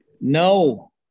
No